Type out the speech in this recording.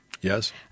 Yes